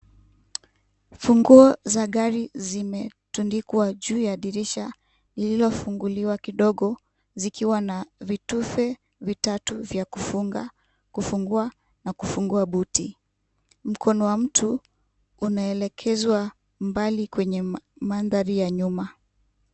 Funguo za gari zimetundikwa juu ya dirisha lililofunguliwa kidogo zikiwa na vitufe vitatu vya kufunga, kufungua na kufungua buti, mkono wa mtu unaelekezwa mbali kwenye mandhari ya nyuma.